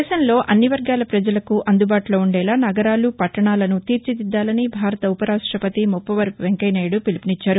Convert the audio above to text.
దేశంలో అన్ని వర్గాల పజలకు అందుబాటులో ఉండేలా నగరాలు పట్టణాలను తీర్చిదిద్దాలని భారత ఉపరాష్టపతి ముప్పవరపు వెంకయ్యనాయుడు పిలుపునిచ్చారు